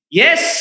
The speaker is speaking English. yes